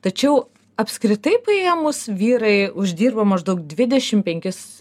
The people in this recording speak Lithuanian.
tačiau apskritai paėmus vyrai uždirba maždaug dvidešimt penkis